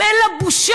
אם אין לה בושה,